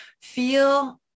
feel